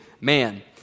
man